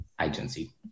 agency